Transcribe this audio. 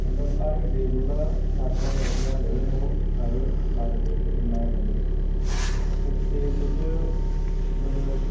मतलब हरेक देश कोला सारें कोला ज्यादा ध्यार भारत च मनाए जंदे न